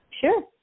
Sure